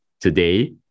today